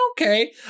Okay